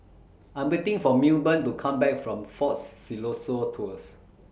I'm waiting For Milburn to Come Back from Fort Siloso Tours